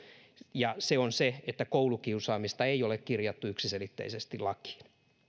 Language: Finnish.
ja se on se että koulukiusaamista ei ole kirjattu yksiselitteisesti lakiin